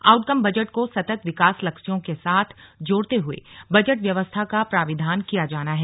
outcome budget को सतत् विकास लक्ष्यों के साथ जोड़ते हुए बजट व्यवस्था का प्राविधान किया जाना है